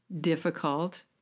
difficult